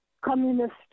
communist